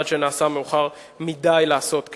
עד שנעשה מאוחר מדי לעשות כן.